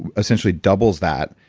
essentially doubles that.